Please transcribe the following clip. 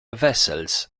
vessels